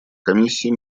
комиссии